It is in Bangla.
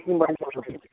হুম বাড়ির সবার সাথে